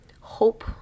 hope